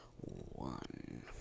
one